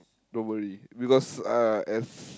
don't worry because uh as